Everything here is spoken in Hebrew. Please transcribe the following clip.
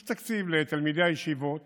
יש תקציב לתלמידי הישיבות